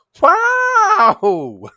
Wow